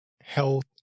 health